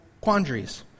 quandaries